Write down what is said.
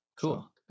Cool